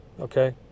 okay